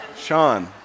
Sean